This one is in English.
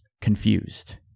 confused